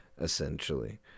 essentially